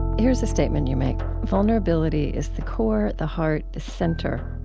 here's a statement you made vulnerability is the core, the heart, the center,